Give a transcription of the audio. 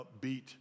upbeat